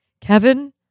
Kevin